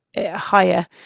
higher